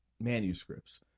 manuscripts